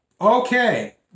Okay